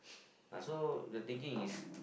uh so the thinking is